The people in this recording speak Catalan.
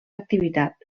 activitat